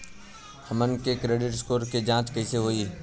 हमन के credit score के जांच कैसे होइ?